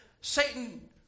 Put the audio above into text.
Satan